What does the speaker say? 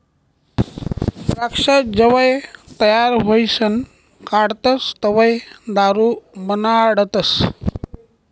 द्राक्ष जवंय तयार व्हयीसन काढतस तवंय दारू बनाडतस